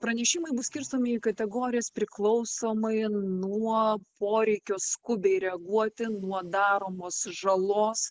pranešimai bus skirstomi į kategorijas priklausomai nuo poreikio skubiai reaguoti nuo daromos žalos